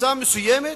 לקבוצה מסוימת,